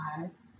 lives